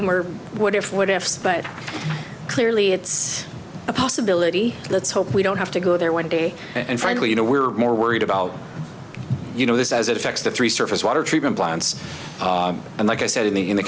assume or what if what ifs but clearly it's a possibility let's hope we don't have to go there one day and finally you know we're more worried about you know this as it affects the three surface water treatment plants and like i said in the